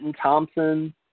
Thompson